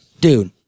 Dude